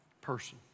person